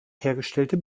hergestellte